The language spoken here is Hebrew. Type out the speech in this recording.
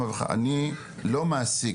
אני לא מעסיק,